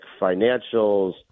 financials